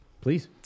Please